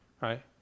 right